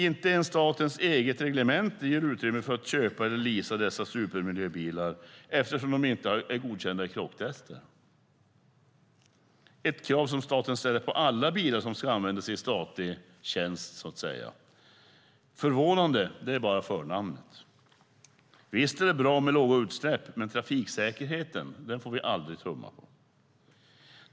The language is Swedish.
Inte ens statens eget reglemente ger utrymme för att köpa eller leasa dessa supermiljöbilar, eftersom de inte är godkända i krocktester, ett krav som staten ställer på alla bilar som ska användas i så att säga statlig tjänst. Förvånande är bara förnamnet. Visst är det bra med låga utsläpp, men trafiksäkerheten får vi aldrig tumma på.